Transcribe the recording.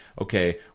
okay